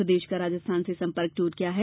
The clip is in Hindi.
प्रदेश का राजस्थान से संपर्क टूट गया है